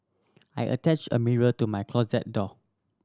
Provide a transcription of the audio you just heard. I attached a mirror to my closet door